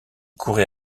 courait